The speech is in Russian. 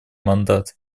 мандаты